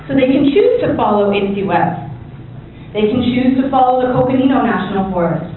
so they can choose to follow inciweb, they can choose to follow the coconino national forest,